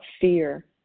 fear